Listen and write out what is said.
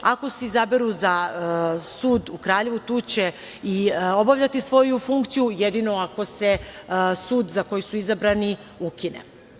Ako se izaberu za sud u Kraljevu, tu će i obavljati svoju funkciju, jedino ako se sud za koji su izabrani ukine.